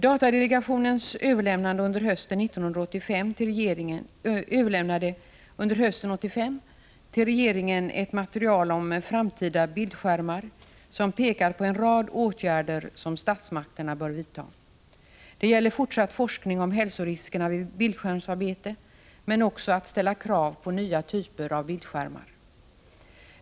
Datadelegationen överlämnade under hösten 1985 till regeringen ett material om framtida bildskärmar vilket pekar på en rad åtgärder som statsmakterna bör vidta. Det gäller fortsatt forskning om hälsoriskerna vid bildskärmsarbete men också om att man skall ställa krav på nya typer av bildskärmar.